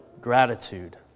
gratitude